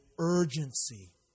urgency